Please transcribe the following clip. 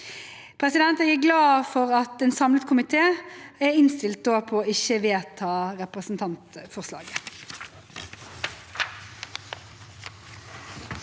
Eurovision. Jeg er glad for at en samlet komité har innstilt på ikke å vedta representantforslaget.